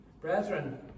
brethren